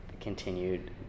continued